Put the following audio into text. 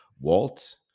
Walt